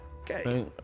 Okay